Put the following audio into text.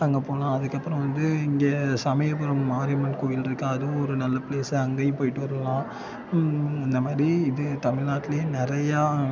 அங்கே போகலாம் அதுக்கப்புறம் வந்து இங்கே சமயபுரம் மாரியம்மன் கோவில் இருக்கா அதுவும் ஒரு நல்ல ப்ளேஸு அங்கேயும் போய்ட்டு வரலாம் இந்த மாதிரி இது தமிழ்நாட்லே நிறையா